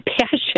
passion